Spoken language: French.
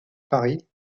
paris